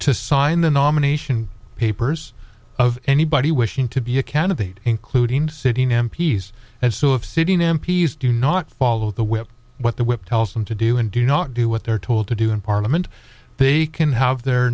to sign the nomination papers of anybody wishing to be a candidate including sitting m p s and so if sitting m p s do not follow the whip what the whip tells them to do and do not do what their toll to do in parliament they can have their